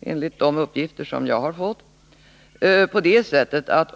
enligt de uppgifter jag har fått på följande sätt.